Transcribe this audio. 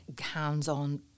hands-on